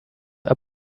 are